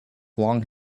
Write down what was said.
long